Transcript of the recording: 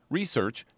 Research